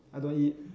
I don't want eat